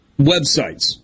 websites